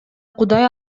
кудай